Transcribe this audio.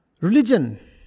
religion